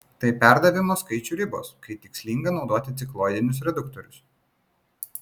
tai perdavimo skaičių ribos kai tikslinga naudoti cikloidinius reduktorius